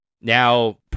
Now